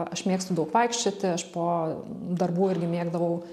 aš mėgstu daug vaikščioti aš po darbų irgi mėgdavau